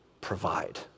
provide